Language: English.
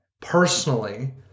personally